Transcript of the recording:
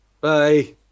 Bye